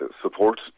support